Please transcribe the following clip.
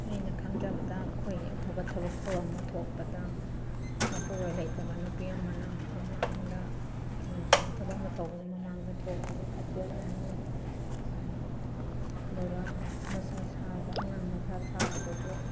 ꯑꯩꯅ ꯈꯪꯖꯕꯗ ꯑꯩꯈꯣꯏꯒꯤ ꯑꯐꯕ ꯊꯕꯛ ꯊꯧꯔꯝ ꯑꯃ ꯊꯣꯛꯄꯗ ꯃꯄꯨꯔꯣꯏꯕ ꯂꯩꯇꯕ ꯅꯨꯄꯤ ꯑꯃꯅ ꯃꯃꯥꯡꯗ ꯊꯕꯛ ꯑꯃ ꯇꯧꯕꯩ ꯃꯃꯥꯡꯗ ꯊꯣꯡꯄꯁꯦ ꯐꯠꯇꯦ ꯍꯥꯏꯅ ꯍꯥꯏꯅꯩ ꯑꯗꯨꯒ ꯃꯁꯥ ꯁꯥꯕ ꯑꯉꯥꯡ ꯃꯁꯥ ꯁꯥꯕꯗꯁꯨ